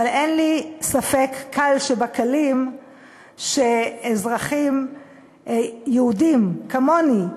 אבל אין לי ספק קל שבקלים שאזרחים יהודים כמוני,